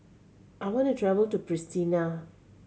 I want to travel to Pristina